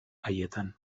haietan